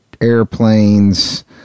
airplanes